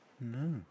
No